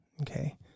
okay